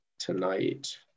Tonight